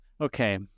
okay